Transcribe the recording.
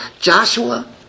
Joshua